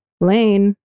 lane